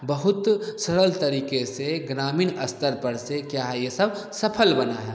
बहुत सरल तरीके से से स्तर पर से क्या है ये सब सफल बना है